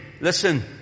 Listen